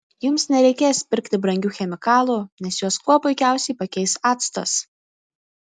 jums nereikės pirkti brangių chemikalų nes juos kuo puikiausiai pakeis actas